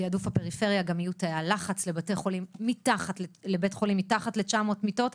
בתעדוף הפריפריה יהיו גם תאי לחץ לבתי חולים שיש בו פחות מ-900 מיטות.